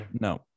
No